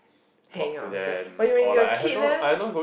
Hang on with that but when you're kid leh